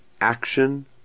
action